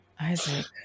Isaac